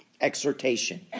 Exhortation